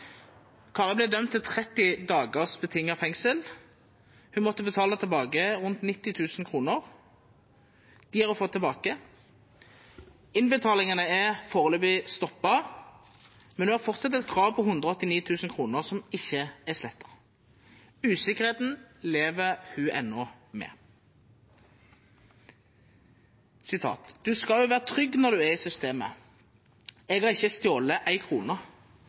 Kari ble dømt til 30 dagers betinget fengsel. Hun måtte betale tilbake rundt 90 000 kr. De har hun fått tilbake. Innbetalingene er foreløpig stoppet. Men hun har fortsatt et krav på 189 000 kr, som ikke er slettet. Usikkerheten lever hun med ennå. Hun sa: Du skal jo være trygg når du er i systemet. Jeg har ikke stjålet én krone.